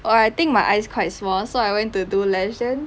!wah! I think my eyes quite small so I went to do lash then